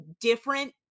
different